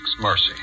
mercy